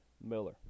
Miller